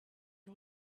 and